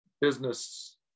business